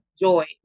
joy